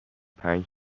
پنج